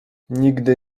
nigdy